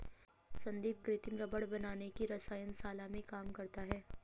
संदीप कृत्रिम रबड़ बनाने की रसायन शाला में काम करता है